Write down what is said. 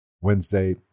Wednesday